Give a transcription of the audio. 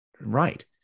right